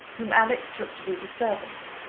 whom alex took to be the servant.